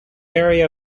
area